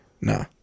Nah